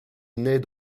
naît